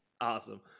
Awesome